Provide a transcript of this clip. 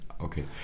Okay